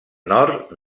nord